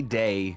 day